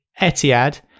etihad